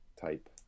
type